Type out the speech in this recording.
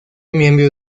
miembro